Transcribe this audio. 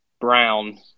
Brown